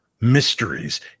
mysteries